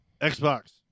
Xbox